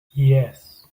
yes